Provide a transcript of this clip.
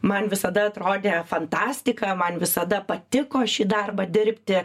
man visada atrodė fantastika man visada patiko šį darbą dirbti